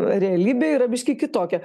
realybė yra biškį kitokia